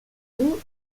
mills